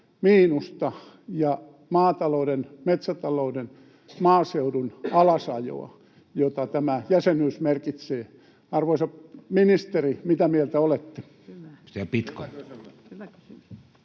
miinusta ja maatalouden, metsätalouden ja maaseudun alasajoa, jota tämä jäsenyys merkitsee. Arvoisa ministeri, mitä mieltä olette?